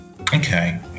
okay